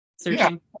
searching